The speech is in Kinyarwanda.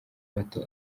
mato